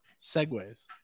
Segways